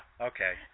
okay